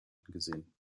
angesehen